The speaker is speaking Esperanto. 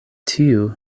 tiu